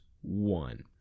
one